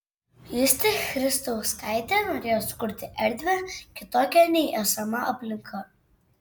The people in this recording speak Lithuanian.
justė christauskaitė norėjo sukurti erdvę kitokią nei esama aplinka